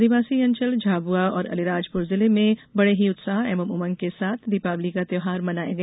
आदिवासी अंचल झाबुआ और आलीराजपुर जिले में बडे ही उत्साह एवं उमंग के साथ दीपावली का त्यौहार मनाया गया